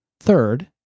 Third